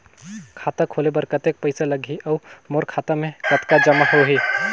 खाता खोले बर कतेक पइसा लगही? अउ मोर खाता मे कतका जमा होही?